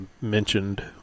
mentioned